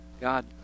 God